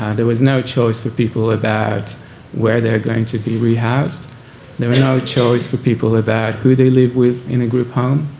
and there was no choice for people about where they are going to be rehoused. there was no choice for people about who they lived with in a group home.